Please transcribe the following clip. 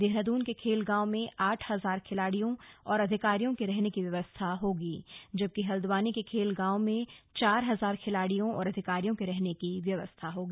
देहरादून के खेल गांव में आठ हजार खिलाड़ियों और अधिकारियों की रहने की व्यवस्था होगी जबकि हल्द्वानी के खेल गांव में चार हजार खिलाड़ियों और अधिकारियो के रहने की व्यवस्था होगी